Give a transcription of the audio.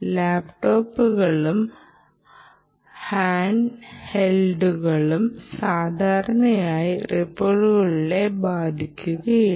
ലാപ്ടോപ്പുകളും ഹാൻഡ്ഹെൽഡുകളും സാധാരണയായി റിപ്പിളുകളെ ബാധിക്കില്ല